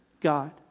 God